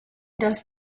does